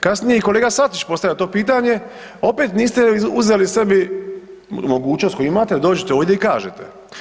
Kasnije i kolega Sačić postavio to pitanje, opet niste uzeli sebi mogućnost koju imate i dođete ovdje i kažete.